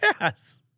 Yes